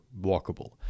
walkable